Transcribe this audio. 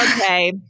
Okay